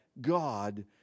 God